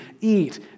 eat